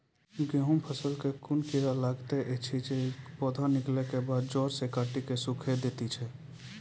गेहूँमक फसल मे कून कीड़ा लागतै ऐछि जे पौधा निकलै केबाद जैर सऽ काटि कऽ सूखे दैति छै?